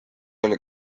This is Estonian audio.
oli